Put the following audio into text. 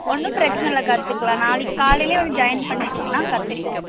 ஒன்றும் பிரச்சனை இல்லை கற்றுக்கலாம் நாளைக்கு காலைலேயே வந்து ஜாயின் பண்ணிவிட்டீங்கன்னா கற்றுக்கலாம்